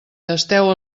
tasteu